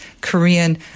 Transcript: korean